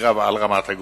הקרב על רמת-הגולן.